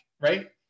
right